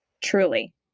Truly